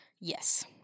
Yes